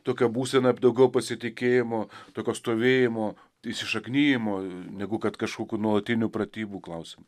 tokia būsena daugiau pasitikėjimo tokio stovėjimo įsišaknijimo negu kad kažkokių nuolatinių pratybų klausim